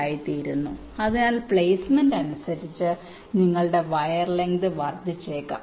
ആയിത്തീരുന്നു അതിനാൽ പ്ലെയ്സ്മെന്റ് അനുസരിച്ച് നിങ്ങളുടെ വയർ ലെങ്ത് വർദ്ധിച്ചേക്കാം